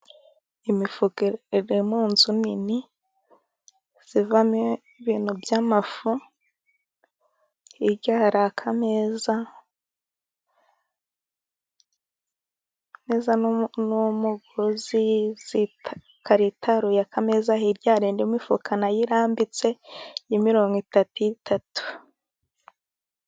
Imifuka iri mu nzu nini, ivamo ibintu by'amafu, hirya hari akameza, akameza n'umugozi, karitaruye akameza, hirya hari indi imifuka nayo irambitse itatu itatu.